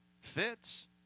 Fits